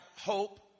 hope